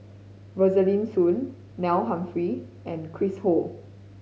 Rosaline Soon Neil Humphreys and Chris Ho